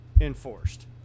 enforced